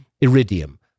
Iridium